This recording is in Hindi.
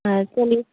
हाँ चलए